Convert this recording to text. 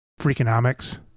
Freakonomics